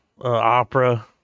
Opera